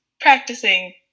practicing